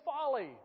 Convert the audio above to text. Folly